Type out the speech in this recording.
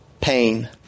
pain